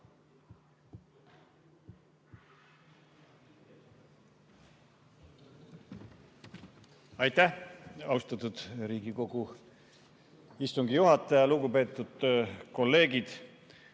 Aitäh, austatud Riigikogu istungi juhataja! Lugupeetud kolleegid!